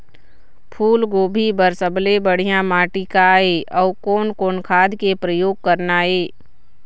फूलगोभी बर सबले बढ़िया माटी का ये? अउ कोन कोन खाद के प्रयोग करना ये?